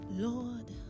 Lord